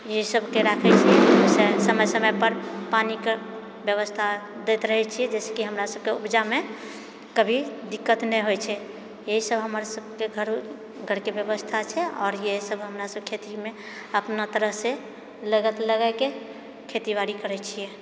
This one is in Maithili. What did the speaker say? ई सबके राखैत छिऐ जेहिसँ समय समय पर पानिके व्यवस्था दैत रहैत छिऐ जेहिसँ कि हमरासभकेँ उपजामे कभी दिक्कत नहि होइत छै इएह सब हमर सभके घरके व्यवस्था छै आओर इएह सब हमरासभ खेतीमे अपना तरहसँ लागत लगाइके खेती बाड़ी करैत छिऐ